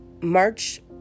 march